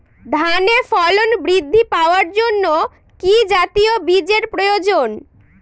ধানে ফলন বৃদ্ধি পাওয়ার জন্য কি জাতীয় বীজের প্রয়োজন?